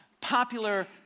popular